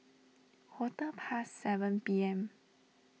quarter past seven P M